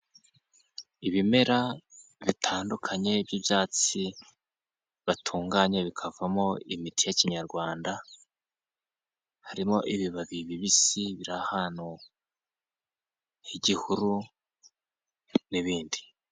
Ibimera bitandukanye by'ibyatsi batunganye bikavamo imiti ya kinyarwanda, harimo ibibabi bibisi biri ahantu h'igihuru n'ibindi.